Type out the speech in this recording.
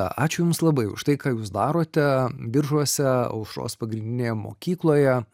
ačiū jums labai už tai ką jūs darote biržuose aušros pagrindinėje mokykloje